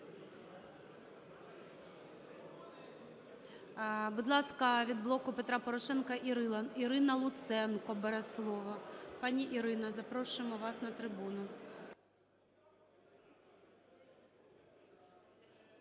Будь ласка, від "Блоку Петра Порошенка" Ірина Луценко бере слово. Пані Ірино, запрошуємо вас на трибуну.